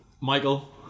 Michael